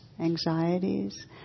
anxieties